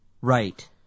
Right